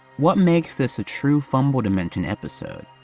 what makes this a true fumble dimension episode?